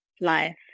life